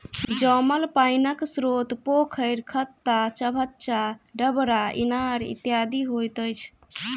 जमल पाइनक स्रोत पोखैर, खत्ता, चभच्चा, डबरा, इनार इत्यादि होइत अछि